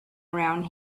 around